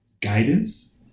guidance